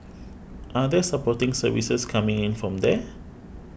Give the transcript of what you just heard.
are there supporting services coming in from there